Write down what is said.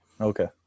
Okay